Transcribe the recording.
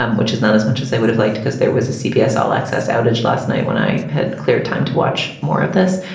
um which is not as much as i would have liked because there was a cbs all access outage last night when i had clear time to watch more of this.